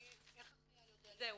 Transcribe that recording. זהו,